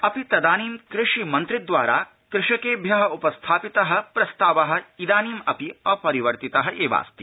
अपि च तदानीं कृषि मन्त्रि द्वारा कृषकेभ्यः उप स्थापितः प्रस्तावः इदानीमपि अपरिवर्तितः एवास्ति